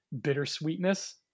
bittersweetness